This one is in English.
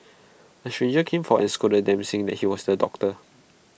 A stranger came for is scolded them saying that he was A doctor